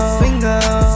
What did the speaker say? single